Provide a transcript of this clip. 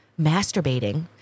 masturbating